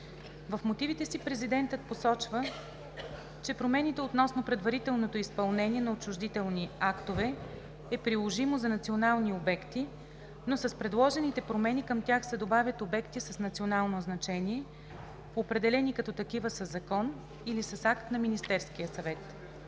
В мотивите си Президентът посочва, че промените относно предварителното изпълнение на отчуждителни актове е приложимо за национални обекти, но с предложените промени към тях се добавят обекти с национално значение, определени като такива със закон или с акт на Министерския съвет.